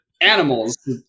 animals